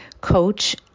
coach